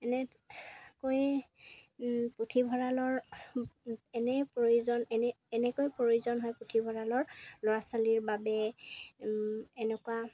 এনেকৈ পুথিভঁৰালৰ এনেই প্ৰয়োজন এনে এনেকৈ প্ৰয়োজন হয় পুথিভঁৰালৰ ল'ৰা ছোৱালীৰ বাবে এনেকুৱা